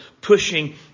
Pushing